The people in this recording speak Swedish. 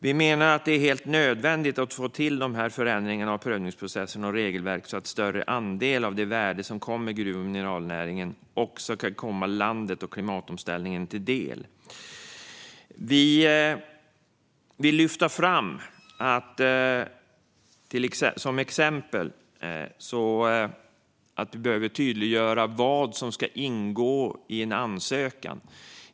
Vi menar att det är helt nödvändigt att få till de här förändringarna av prövningsprocesser och regelverk så att en större andel av det värde som kommer från gruv och mineralnäringen också ska komma landet och klimatomställningen till del. Som exempel vill vi lyfta fram att det behöver tydliggöras vad som ska ingå i en ansökan.